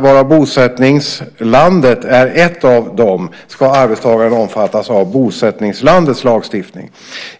varav bosättningslandet är ett, ska arbetstagaren omfattas av bosättningslandets lagstiftning.